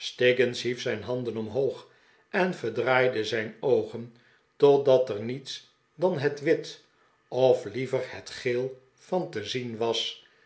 hief zijn handen omhoog en verdraaide zijn oogen totdat er niets dan het wit of liever het geel van te zien was